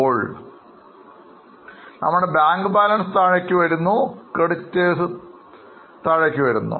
അതായത് നമ്മൾ ചില വസ്തുക്കൾ വാങ്ങിയിരുന്നു അതിൻറെ പണം നമ്മൾ അവർക്ക് നൽകുകയാണ്